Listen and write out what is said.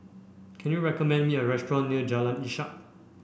can you recommend me a restaurant near Jalan Ishak